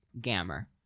Gamma